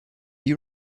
you